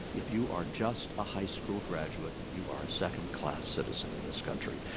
if you are just a high school graduate, you are a second class citizen in this country.